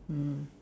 mm